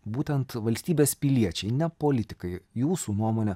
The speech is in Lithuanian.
būtent valstybės piliečiai ne politikai jūsų nuomone